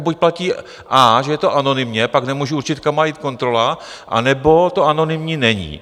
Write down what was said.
Buď platí a), že je to anonymně, pak nemůžu určit, kam má jít kontrola, anebo to anonymní není.